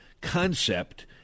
concept